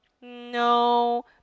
No